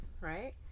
right